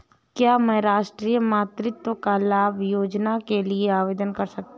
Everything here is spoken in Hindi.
क्या मैं राष्ट्रीय मातृत्व लाभ योजना के लिए आवेदन कर सकता हूँ?